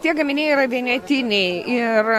tie gaminiai yra vienetiniai ir